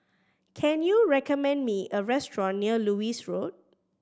can you recommend me a restaurant near Lewis Road